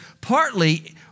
partly